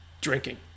drinking